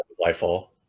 Lightfall